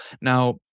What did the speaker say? Now